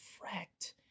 fret